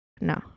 no